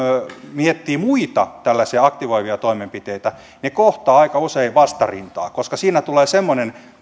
miettii muita tällaisia aktivoivia toimenpiteitä ne kohtaavat aika usein vastarintaa koska siinä tulee